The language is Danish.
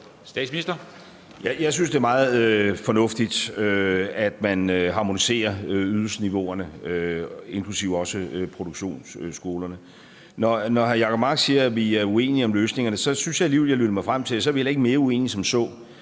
Rasmussen): Jeg synes, at det er meget fornuftigt, at man harmoniserer ydelsesniveauerne, inklusive også produktionsskolerne. Når hr. Jacob Mark siger, at vi er uenige om løsningerne, synes jeg alligevel, at jeg lytter mig frem til, at så er vi heller ikke mere uenige end som